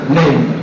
name